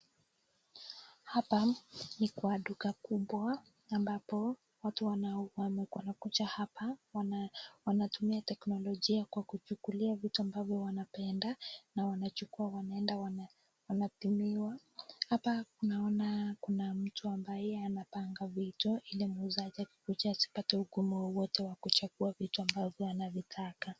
Hapa ni kwa duka kubwa ambapo watu wanao wana wanakuja hapa wana wanatumia teknolojia kwa kuchukuliavitu ambavyo wanapenda na wanachukua wanaenda wana wana wanapimiwa. Hapa tunaona kuna mtu ambaye anapanga vitu ili muuzaji akikuja asipate ugumu wowote wa kuchagua vitu ambavyo anavitaka.